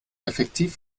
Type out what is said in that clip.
effektiv